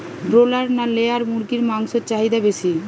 Broiler না layer মুরগির মাংসর চাহিদা বেশি?